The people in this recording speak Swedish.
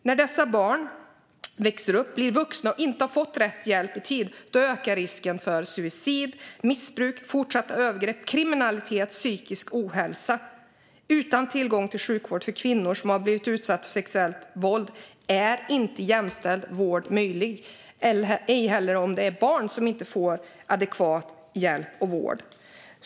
När dessa barn växer upp, blir vuxna och inte har fått rätt hjälp i tid ökar risken för suicid, missbruk, fortsatta övergrepp, kriminalitet och psykisk ohälsa. Utan tillgång till sjukvård för kvinnor som har blivit utsatta för sexuellt våld är vården inte jämställd. Samma sak gäller om barn inte får adekvat hjälp och vård.